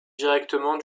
directement